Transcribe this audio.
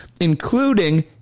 including